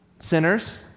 sinners